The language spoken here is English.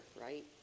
Right